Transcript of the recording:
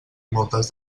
moltes